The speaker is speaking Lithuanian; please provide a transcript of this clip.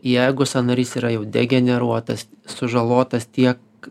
jeigu sąnarys yra jau degeneruotas sužalotas tiek